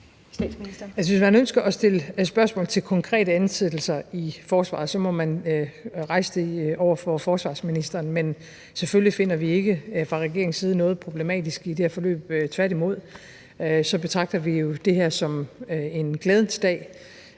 Hvis man ønsker at stille spørgsmål til konkrete ansættelser i Forsvaret, må man rejse det over for forsvarsministeren. Men selvfølgelig finder vi ikke fra regeringens side noget problematisk i det her forløb. Tværtimod betragter vi jo det her som en glædens dag